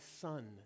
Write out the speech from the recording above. son